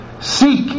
Seek